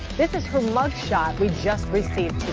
this is her mug shot we just received.